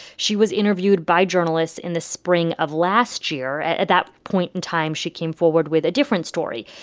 she was interviewed by journalists in the spring of last year. at that point in time, she came forward with a different story.